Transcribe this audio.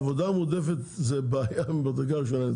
עבודה מועדפת זו בעיה ממדרגה ראשונה.